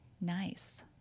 Nice